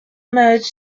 merged